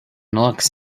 looks